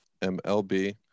MLB